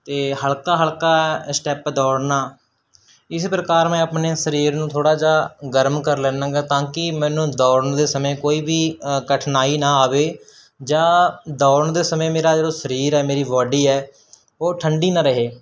ਅਤੇ ਹਲਕਾ ਹਲਕਾ ਸਟੈਪ ਦੌੜਨਾ ਇਸ ਪ੍ਰਕਾਰ ਮੈਂ ਆਪਣੇ ਸਰੀਰ ਨੂੰ ਥੋੜ੍ਹਾ ਜਿਹਾ ਗਰਮ ਕਰ ਲੈਂਦਾ ਹੈਗਾ ਤਾਂ ਕਿ ਮੈਨੂੰ ਦੌੜਨ ਦੇ ਸਮੇਂ ਕੋਈ ਵੀ ਕਠਿਨਾਈ ਨਾ ਆਵੇ ਜਾਂ ਦੌੜਨ ਦੇ ਸਮੇਂ ਮੇਰਾ ਜਦੋਂ ਸਰੀਰ ਹੈ ਮੇਰੀ ਬਾਡੀ ਹੈ ਉਹ ਠੰਢੀ ਨਾ ਰਹੇ